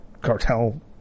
cartel